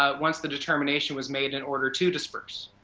ah once the determination was made an order to disperse.